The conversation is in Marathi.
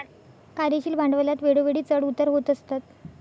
कार्यशील भांडवलात वेळोवेळी चढ उतार होत असतात